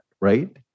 right